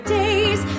days